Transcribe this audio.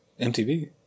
MTV